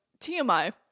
TMI